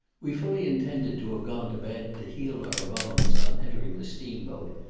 we fully intended to have gone to bed, to heal our bones, on entering the steam-boat,